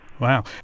Wow